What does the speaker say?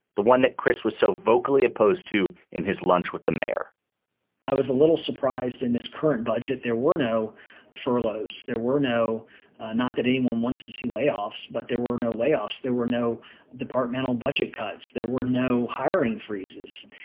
the one that chris was so vocally opposed to in his lunch with the mayor i was a little surprised in this current budget. there were no furloughs. there were no not that anyone wants to see layoffs, but there were no layoffs. there were no departmental budget cuts. there were no hiring freezes.